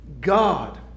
God